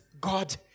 God